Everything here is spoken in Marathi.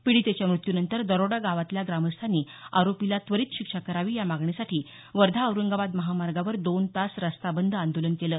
पिडीतेच्या मृत्यूनंतर दारोडा गावातल्या ग्रामस्थांनी आरोपीला त्वरीत शिक्षा करावी या मागणीसाठी वर्धा औरंगाबाद महामार्गावर दोन तास रस्ता बंद आंदोलन केलं